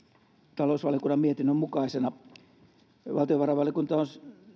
talousvaliokunnan mietinnön mukaisena valtiovarainvaliokunta on